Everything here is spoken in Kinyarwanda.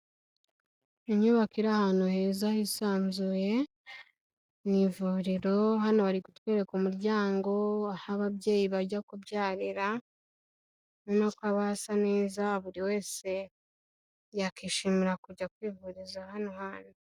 Inyubako iri ahantu heza hisanzuye mu ivuriro, hano bari kutwereka umuryango, aho ababyeyi bajya kubyarira, urabona ko haba hasa neza, buri wese yakwishimira kujya kwivuriza hano hantu.